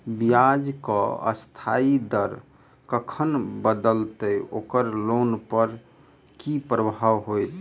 ब्याज केँ अस्थायी दर कखन बदलत ओकर लोन पर की प्रभाव होइत?